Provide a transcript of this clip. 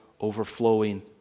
overflowing